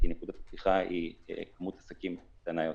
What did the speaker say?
כי נקודת הפתיחה היא כמות עסקים קטנה יותר.